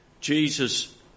Jesus